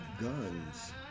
guns